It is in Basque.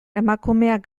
emakumeak